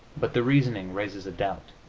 but the reasoning raises a doubt.